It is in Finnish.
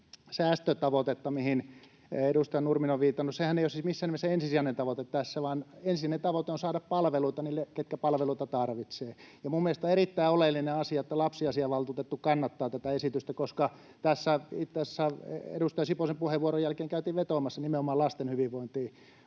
säästötavoitetta, mihin edustaja Nurminen on viitannut, että sehän ei ole siis missään nimessä ensisijainen tavoite tässä, vaan ensisijainen tavoite on saada palveluita niille, ketkä palveluita tarvitsevat. Mielestäni on erittäin oleellinen asia, että lapsiasiavaltuutettu kannattaa tätä esitystä, koska tässä edustaja Siposen puheenvuoron jälkeen käytiin vetoamassa nimenomaan lasten hyvinvointiin.